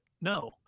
no